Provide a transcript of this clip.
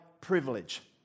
privilege